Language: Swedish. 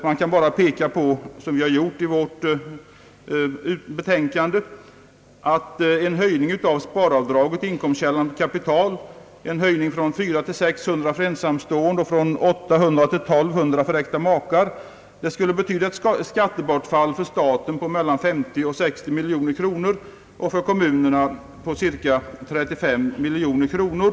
Vi har i betänkandet pekat på att en höjning av sparavdraget under inkomstkällan kapital från 400 till 600 kronor för ensamstående och från 800 till 1200 kronor för äkta makar skulle betyda ett skattebortfall för staten på mellan 50 och 60 miljoner och för kommunerna på cirka 35 miljoner kronor.